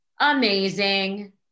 Amazing